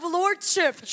lordship